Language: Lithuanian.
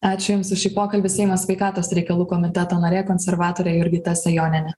ačiū jums už šį pokalbį seimo sveikatos reikalų komiteto narė konservatorė jurgita sejonienė